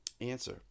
Answer